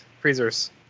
freezers